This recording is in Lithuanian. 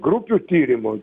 grupių tyrimo